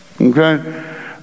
okay